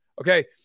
Okay